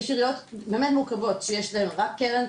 יש עיריות באמת מורכבות שיש להן רק קרן,